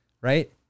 right